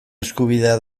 eskubidea